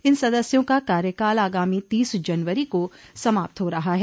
इन सदस्यों का कार्यकाल आगामी तीस जनवरी को समाप्त हो रहा है